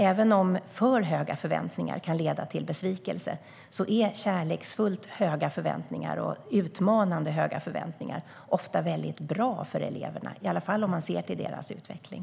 Även om för höga förväntningar kan leda till besvikelse är nämligen kärleksfullt höga, och utmanande höga, förväntningar ofta väldigt bra för eleverna - i alla fall om man ser till deras utveckling.